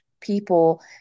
people